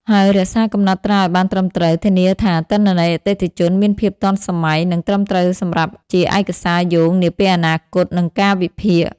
ហើយរក្សាកំណត់ត្រាឱ្យបានត្រឹមត្រូវ ធានាថាទិន្នន័យអតិថិជនមានភាពទាន់សម័យ និងត្រឹមត្រូវសម្រាប់ជាឯកសារយោងនាពេលអនាគត និងការវិភាគ។